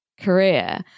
career